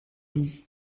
lit